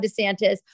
DeSantis